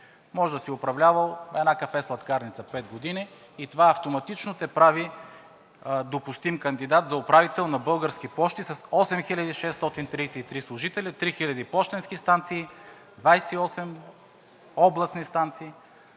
Може да си управлявал една кафе-сладкарница пет години и това автоматично те прави допустим кандидат за управител на „Български пощи“ с 8633 служители, 3000 пощенски станции, 28 областни станции.